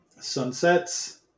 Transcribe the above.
sunsets